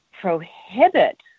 prohibit